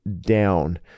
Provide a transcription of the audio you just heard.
down